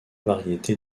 variété